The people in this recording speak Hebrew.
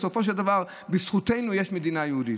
בסופו של דבר בזכותנו יש מדינה יהודית.